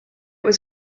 was